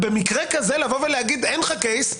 מדובר על אדם שהוגדר כבר כעבריין- -- במקרה הזה החיים שלי קלים יותר.